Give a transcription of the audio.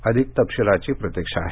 अधिक तपशिलाची प्रतीक्षा आहे